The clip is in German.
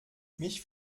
mich